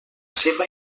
seva